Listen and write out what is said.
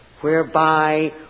whereby